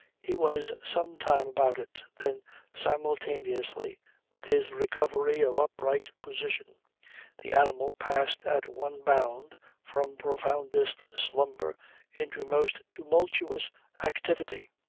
he was some time about it then simultaneously with his recovery of upright position the animal passed at one bound from profoundest slumber into most tumultuous activity.